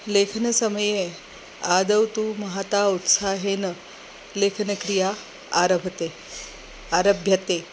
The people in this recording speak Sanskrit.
लेखनसमये आदौ तु महता उत्साहेन लेखनक्रिया आरभ्यते आरभ्यते